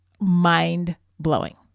mind-blowing